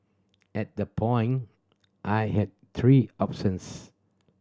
at the point I had three options